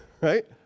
right